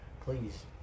Please